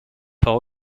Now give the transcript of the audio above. par